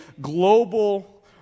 global